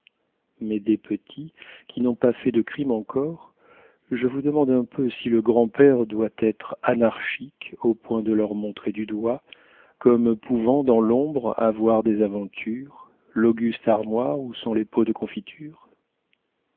mais des petits qui n'ont pas fait de crime encore je vous demande un peu si le grand-père doit etre anarchique au point de leur montrer du doigt comme pouvant dans l'ombre avoir des aventures l'auguste armoire où sont les pots de confitures